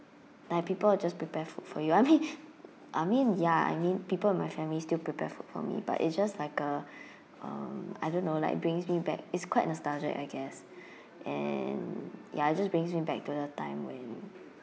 like people will just prepare for for you I mean I mean ya I mean people in my family still prepare for for me but it just like a um I don't know like brings me back it's quite nostalgic I guess and ya it just brings me back to the time when